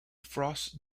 frost